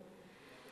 זבולון.